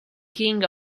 king